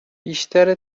بیشتر